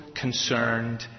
concerned